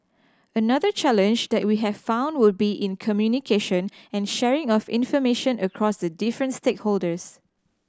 another challenge that we have found would be in communication and sharing of information across the different stakeholders